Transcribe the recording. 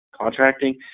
contracting